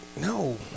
No